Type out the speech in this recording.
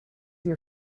your